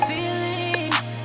Feelings